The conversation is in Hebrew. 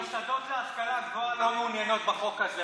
כי המוסדות להשכלה גבוהה לא מעוניינים בחוק הזה.